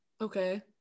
Okay